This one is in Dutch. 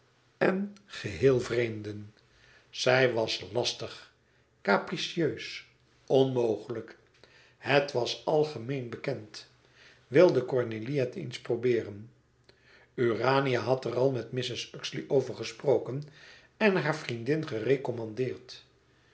en geheel vreemden zij was lastig capricieus onmogelijk het was algemeen bekend wilde cornélie het eens probeeren urania had er al met mrs uxeley over gesproken en hare vriendin